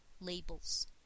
Labels